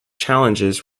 challenges